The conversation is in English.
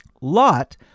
Lot